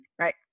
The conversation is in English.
Right